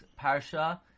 Parsha